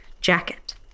jacket